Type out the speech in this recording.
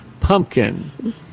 pumpkin